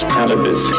Cannabis